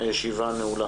הישיבה נעולה.